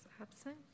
absent